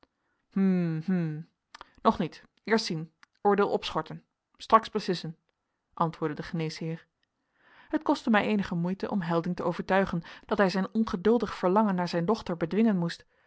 hm hm nog niet eerst zien oordeel opschorten straks beslissen antwoordde de geneesheer het kostte mij eenige moeite om helding te overtuigen dat hij zijn ongeduldig verlangen naar zijn dochter bedwingen moest